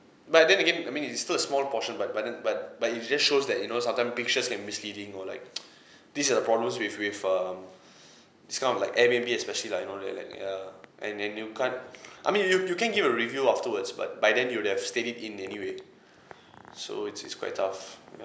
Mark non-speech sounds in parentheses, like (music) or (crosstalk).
but then again I mean it's it's still a small portion but but then but but it just shows that you know sometimes pictures can be misleading or like (noise) these are the problems with with um this kind of like airbnb especially lah you know like like ya and and you can't I mean you you can give a review afterwards but by then you would have stayed it in anyway so it's it's quite tough ya